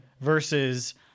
versus